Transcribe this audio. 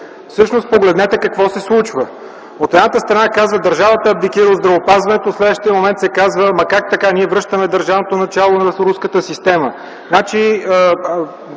всъщност погледнете какво се случва. От едната страна казват „Държавата абдикира от здравеопазването”, в следващия момент се казва „Ама как така – ние връщаме държавното начало на руската система!”.